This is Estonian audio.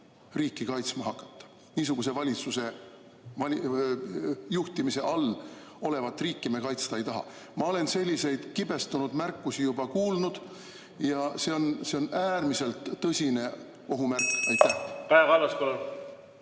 riiki kaitsma hakata, niisuguse valitsuse juhtimise all olevat riiki me kaitsta ei taha. Ma olen selliseid kibestunud märkusi juba kuulnud ja see on äärmiselt tõsine ohu märk. Kaja Kallas,